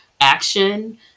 action